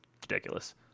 ridiculous